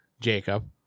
Jacob